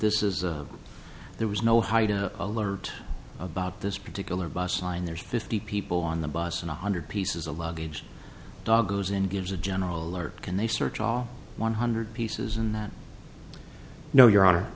this is a there was no heightened alert about this particular bus sign there's fifty people on the bus and a hundred pieces of luggage dagoes and gives a general alert can they search all one hundred pieces and that no your honor